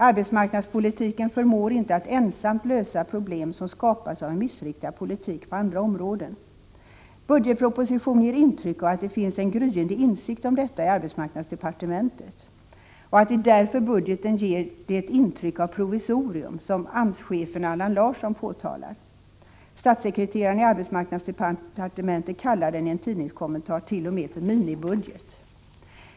Arbetsmarknadspolitiken förmår inte ensam lösa problem som skapas av en missriktad politik på andra områden. Budgetpropositionen antyder att det finns en gryende insikt om detta i arbetsmarknadsdepartementet och att det är därför budgeten ger det intryck av provisorium som AMS-chefen, Allan Larsson, påtalar. Statssekreteraren i arbetsmarknadsdepartementet kallar den i en tidningskommentart.o.m. för minibudget.